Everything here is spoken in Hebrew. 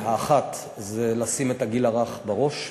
1. לשים את הגיל הרך בראש.